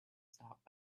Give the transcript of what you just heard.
stopped